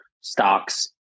stocks